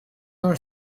our